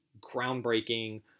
groundbreaking